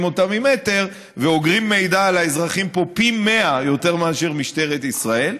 אותה ממטר ואוגרים מידע על האזרחים פה פי 100 יותר מאשר משטרת ישראל,